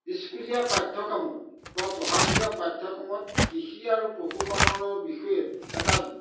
স্কুলীয়া পাঠ্যক্ৰমত বা পঢ়া শলীয়া পাঠ্যক্ৰমত কৃষি আৰু পশুপালনৰ বিষয়ে এটা